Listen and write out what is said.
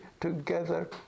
together